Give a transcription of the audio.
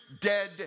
dead